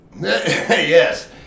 Yes